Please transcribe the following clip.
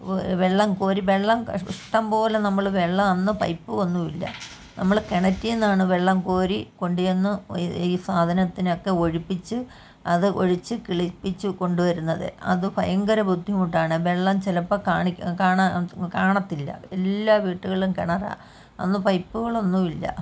ഓ വെള്ളം കോരി വെള്ളം ഇഷ്ടംപോലെ നമ്മൾ വെള്ളം അന്ന് പൈപ്പും ഒന്നുമില്ല നമ്മൾ കിണറ്റിൽ നിന്നാണ് വെള്ളം കോരി കൊണ്ടു ചെന്ന് ഈ സാധനത്തിനെ ഒക്കെ ഒഴിപ്പിച്ച് അത് ഒഴിച്ച് കിളിപ്പിച്ച് കൊണ്ട് വരുന്നത് അത് ഭയങ്കര ബുദ്ധിമുട്ടാണ് വെള്ളം ചിലപ്പോൾ കാണത്തില്ല എല്ലാ വീട്ടുകളിലും കിണറാ അന്നു പൈപ്പുകളൊന്നു ഇല്ല